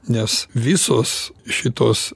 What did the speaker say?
nes visos šitos